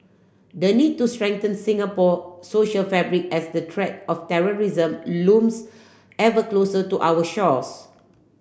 the need to strengthen Singapore social fabric as the threat of terrorism looms ever closer to our shores